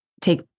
take